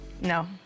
No